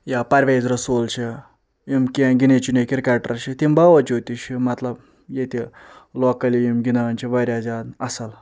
یا پرویز رسول چھُی کینٛہہ گِنے چُنے کرکٹر چھِ تمہِ باوجوٗد تہِ چھِ مطلب یتہِ لوکلی یِم گںدان چھِ واریاہ زیادٕ اصل